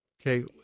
okay